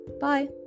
Bye